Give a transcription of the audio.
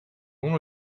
uno